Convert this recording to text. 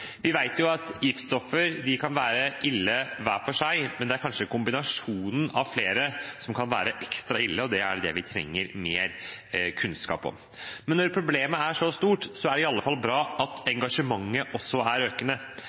Vi vet at giftstoffer kan være ille hver for seg, men det er kanskje kombinasjonen av flere som kan være ekstra ille, og det er det vi trenger mer kunnskap om. Men når problemet er så stort, er det i alle fall bra at engasjementet også er økende,